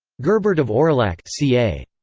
gerbert of aurillac ca.